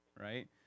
right